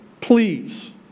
please